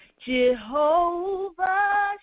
Jehovah